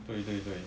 对对对